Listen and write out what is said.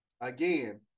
Again